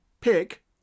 Pick